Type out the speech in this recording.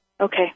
Okay